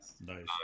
nice